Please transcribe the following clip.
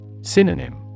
Synonym